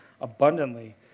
abundantly